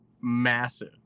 massive